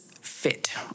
fit